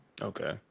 Okay